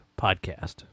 podcast